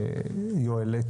יואל,